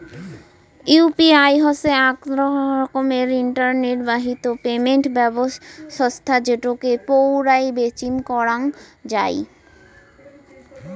UPI হসে আক রকমের ইন্টারনেট বাহিত পেমেন্ট ব্যবছস্থা যেটোকে পৌরাই বেচিম করাঙ যাই